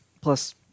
Plus